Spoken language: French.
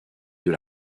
deux